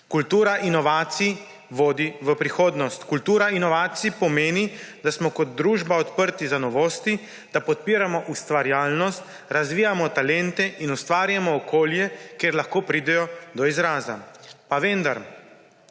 Kultura inovacij vodi v prihodnost. Kultura inovacij pomeni, da smo kot družba odprti za novosti, da podpiramo ustvarjalnost, razvijamo talente in ustvarjamo okolje, kjer lahko pridejo do izraza. Pa vendar,